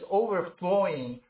overflowing